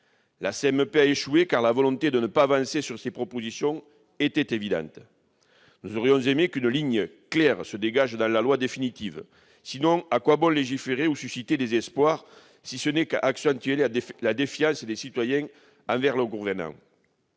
paritaire a échoué, car la volonté de ne pas avancer sur les propositions faites était évidente. Nous aurions aimé qu'une ligne claire se dégage dans la loi définitivement adoptée. Sinon, à quoi bon légiférer ou susciter des espoirs ? Cela ne fait qu'accentuer la défiance des citoyens envers leurs gouvernants.